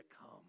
come